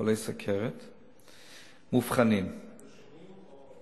חולי סוכרת מאובחנים, רשומים?